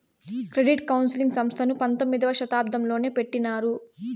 credit counselling సంస్థను పంతొమ్మిదవ శతాబ్దంలోనే పెట్టినారు